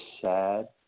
sad